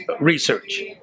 research